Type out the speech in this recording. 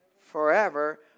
Forever